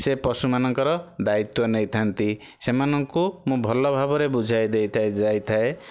ସେ ପଶୁମାନଙ୍କର ଦାୟିତ୍ୱ ନେଇଥାନ୍ତି ସେମାନଙ୍କୁ ମୁଁ ଭଲ ଭାବରେ ବୁଝାଇ ଦେଇଥାଏ ଯାଇଥାଏ